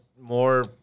more